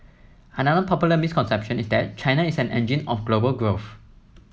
another popular misconception is that China is an engine of global growth